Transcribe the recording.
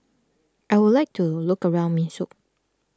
I would like to look around Minsk